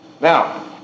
Now